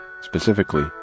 specifically